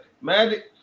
Magic